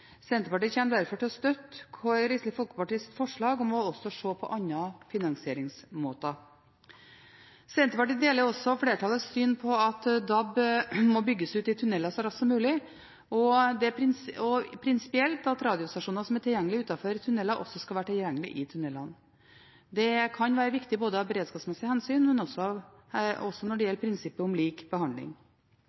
Senterpartiet kommer derfor til å støtte Kristelig Folkepartis forslag om også å se på andre finansieringsmåter. Senterpartiet deler også flertallets syn på at DAB må bygges ut i tunneler så raskt som mulig, og prinsipielt at radiostasjoner som er tilgjengelig utenfor tunneler, også skal være tilgjengelig i tunnelene. Det kan være viktig av beredskapsmessige hensyn og også når det gjelder prinsippet om lik behandling.